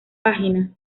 página